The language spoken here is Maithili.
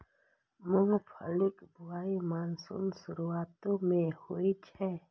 मूंगफलीक बुआई मानसूनक शुरुआते मे होइ छै